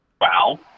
wow